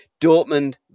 Dortmund